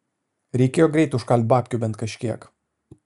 reikėjo greit užkalt babkių bent kažkiek